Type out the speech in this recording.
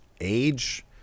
age